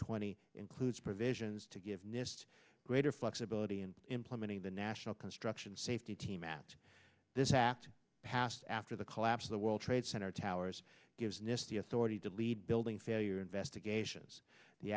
twenty includes provisions to give nist greater flexibility in implementing the national construction safety team after this act passed after the collapse of the world trade center towers gives nist the authority to lead building failure investigations the